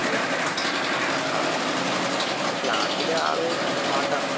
ഇവിടെ ആ പക്ഷേ ക്ലാസ്സിൽ ആൾ നല്ല സ്മാർട്ട് ആണ്